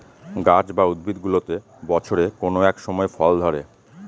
গাছ বা উদ্ভিদগুলোতে বছরের কোনো এক সময় ফল ধরে